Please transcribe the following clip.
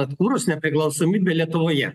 atkūrus nepriklausomybę lietuvoje